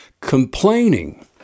Complaining